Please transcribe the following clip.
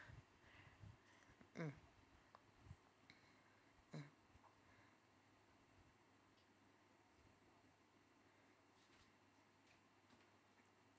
mm mm